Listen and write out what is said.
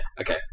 Okay